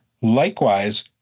Likewise